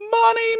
money